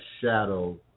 shadow